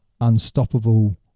unstoppable